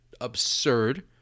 absurd